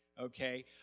okay